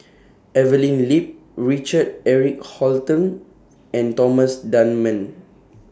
Evelyn Lip Richard Eric Holttum and Thomas Dunman